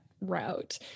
route